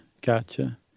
Gotcha